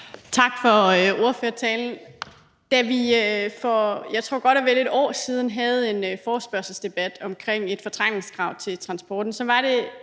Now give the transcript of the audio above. Tak for ordførertalen. Da vi for godt og vel et år siden, tror jeg, havde en forespørgselsdebat om et fortrængningskrav til transporten, var det